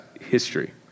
history